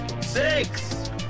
six